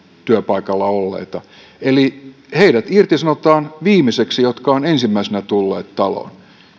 työpaikalla olleita eli heidät irtisanotaan viimeiseksi jotka ovat ensimmäisenä tulleet taloon